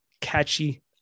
catchy